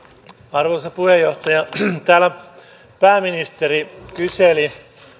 arvoisa puheenjohtaja täällä pääministeri kyseli